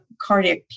cardiac